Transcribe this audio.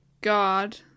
god